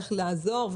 איך לעזור.